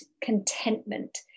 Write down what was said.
contentment